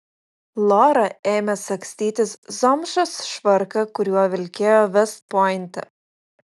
lora ėmė sagstytis zomšos švarką kuriuo vilkėjo vest pointe